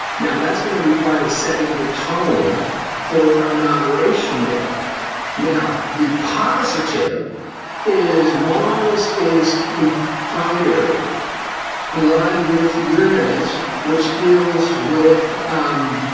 now that's gonna be part of. setting the tone for inauguration day now the positive is mars is the fighter aligned with uranus, which deals with um